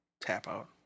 tap-out